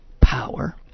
power